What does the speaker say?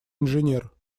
инженер